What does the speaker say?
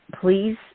please